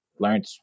learned